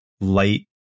light